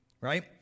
Right